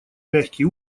мягкий